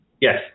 Yes